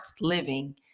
living